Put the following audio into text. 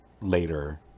later